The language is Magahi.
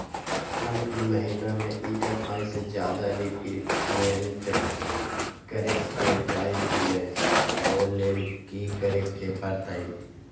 हम ई महिना में ई.एम.आई से ज्यादा रीपेमेंट करे के चाहईले ओ लेल की करे के परतई?